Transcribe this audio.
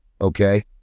Okay